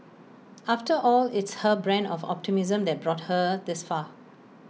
after all it's her brand of optimism that brought her this far